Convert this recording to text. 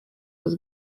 was